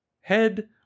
Head